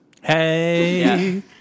Hey